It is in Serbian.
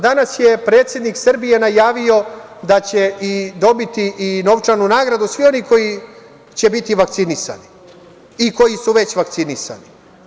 Danas je predsednik Srbije najavio da će dobiti i novčanu nagradu svi oni koji će biti vakcinisani i koji su već vakcinisani.